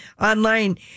online